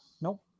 No